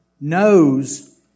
knows